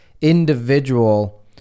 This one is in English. individual